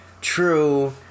true